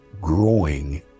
growing